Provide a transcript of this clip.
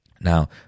Now